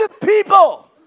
people